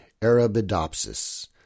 Arabidopsis